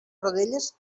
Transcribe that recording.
rodelles